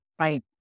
Right